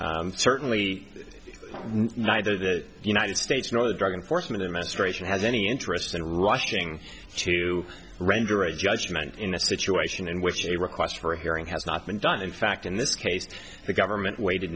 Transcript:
shot certainly neither the united states nor the drug enforcement administration has any interest in rushing to render a judgment in a situation in which a request for a hearing has not been done in fact in this case the government waited